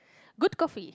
good coffee